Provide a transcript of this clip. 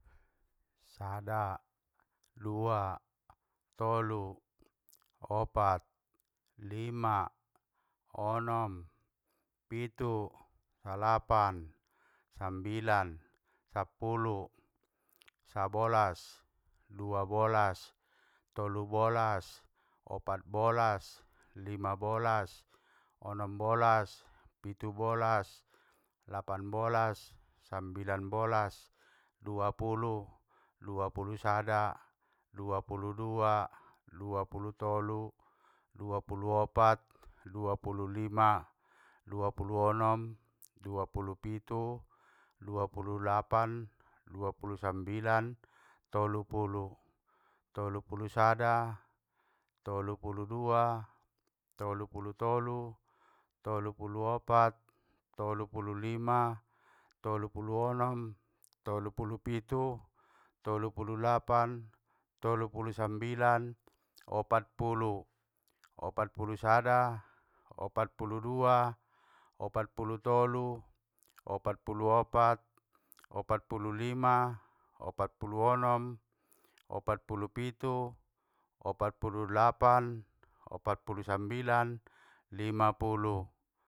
Sada, dua, tolu, opat, lima, onom, pitu, salapan, sambilan, sappulu, sabolas, duabolas, tolubolas, opatbolas, limabolas, onombolas, pitubolas, lapanbolas, sambilanbolas, duapulu, duapulusada, duapuludua, duapulutolu, duapuluopat, duapululima, duapuluonom, duapulupitu, duapululapan, duapulusambilan, tolupulu, tolupulusada, tolupuludua, tolupulutolu, tolupuluopat, tolupululima, tolupuluonom, tolupulupitu, tolupululapan, tolupulusambilan, opatpulu, opatpulusada, opatpuludua, opatpulutolu, opatpululima, opatpuluonom, opatpulupitu, opatpululapan, opatpulusambilan, limapulu.